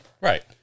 Right